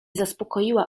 zaspokoiła